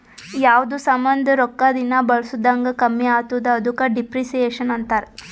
ಯಾವ್ದು ಸಾಮಾಂದ್ ರೊಕ್ಕಾ ದಿನಾ ಬಳುಸ್ದಂಗ್ ಕಮ್ಮಿ ಆತ್ತುದ ಅದುಕ ಡಿಪ್ರಿಸಿಯೇಷನ್ ಅಂತಾರ್